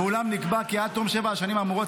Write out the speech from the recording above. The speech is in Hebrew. ואולם נקבע כי עד תום שבע השנים האמורות,